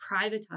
privatize